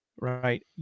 right